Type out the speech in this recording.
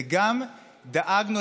וגם דאגנו,